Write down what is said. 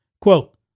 Quote